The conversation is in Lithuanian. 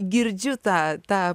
girdžiu tą tą